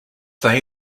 they